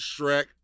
Shrek